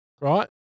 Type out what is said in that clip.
right